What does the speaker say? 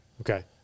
Okay